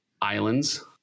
islands